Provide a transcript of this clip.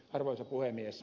arvoisa puhemies